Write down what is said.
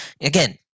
Again